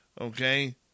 Okay